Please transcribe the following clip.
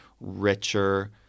richer